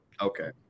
Okay